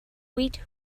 wheat